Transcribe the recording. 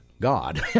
God